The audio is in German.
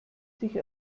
sich